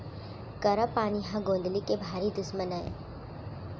करा पानी ह गौंदली के भारी दुस्मन अय